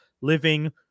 living